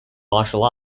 martial